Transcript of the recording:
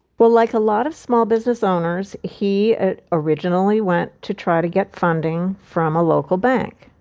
well, like a lot of small business owners, he originally went to try to get funding from a local bank.